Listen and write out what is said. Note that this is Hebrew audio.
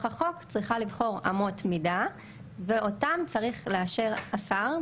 החוק צריכה לבחור אמות מידה ואותן צריך לאשר השר,